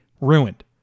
ruined